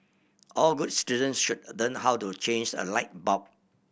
all good citizens should learn how to change a light bulb